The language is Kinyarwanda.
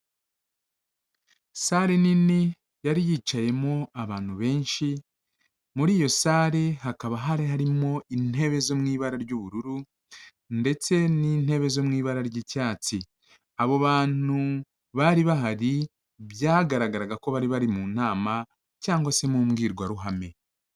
Sale nini yari yicayemo abantu benshi, muri iyo sale hakaba hari harimo intebe zo mu ibara ry'ubururu ndetse n'intebe zo mu ibara ry'icyatsi, abo bantu bari bahari byagaragaraga ko bari bari mu nama cyangwa se mu mbwirwaruhame.